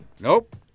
nope